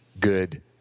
good